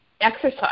exercise